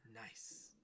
Nice